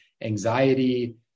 anxiety